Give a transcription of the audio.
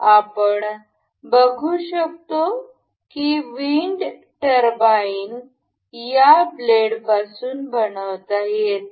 आपण बघू शकता की विंड टर्बाइन या ब्लेडपासून बनवता येते